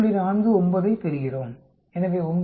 49 ஐப் பெறுகிறோம் எனவே 9